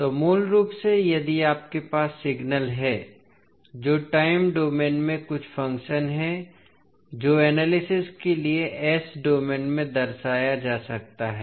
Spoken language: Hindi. तो मूल रूप से यदि आपके पास सिग्नल है जो टाइम डोमेन में कुछ फ़ंक्शन है जो एनालिसिस के लिए S डोमेन में दर्शाया जा सकता है